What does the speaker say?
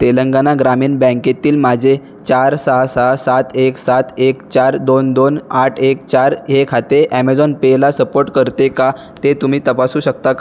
तेलंगणा ग्रामीण बँकेतील माझे चार सहा सहा सात एक सात एक चार दोन दोन आठ एक चार हे खाते ॲमेझोन पेला सपोर्ट करते का ते तुम्ही तपासू शकता का